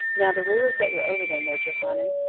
now the rulers that were over them were johanan,